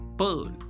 Pearl